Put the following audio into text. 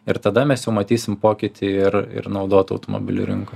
ir tada mes jau matysim pokytį ir ir naudotų automobilių rinkoj